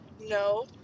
No